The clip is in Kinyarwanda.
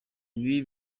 ibi